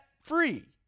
free